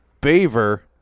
beaver